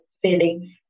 feeling